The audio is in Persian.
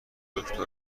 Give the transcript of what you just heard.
دکتر